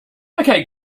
okay